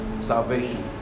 Salvation